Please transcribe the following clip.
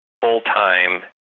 full-time